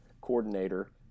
coordinator